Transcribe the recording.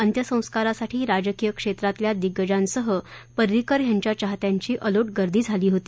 अंत्यसंस्कारासाठी राजकीय क्षेत्रातल्या दिग्गजांसह परिंकर यांच्या चाहत्यांची अलोट गर्दी झाली होती